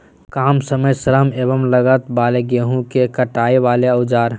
काम समय श्रम एवं लागत वाले गेहूं के कटाई वाले औजार?